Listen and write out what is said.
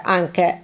anche